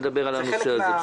לדבר על הנושא הזה.